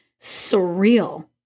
surreal